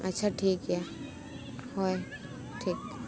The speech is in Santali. ᱟᱪᱪᱷᱟ ᱴᱷᱤᱠ ᱜᱮᱭᱟ ᱦᱳᱭ ᱴᱷᱤᱠ